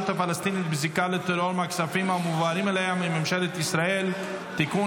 הפלסטינית בזיקה לטרור מהכספים המועברים אליה מממשלת ישראל (תיקון,